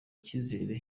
cyizere